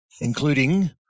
Including